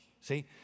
See